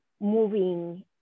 moving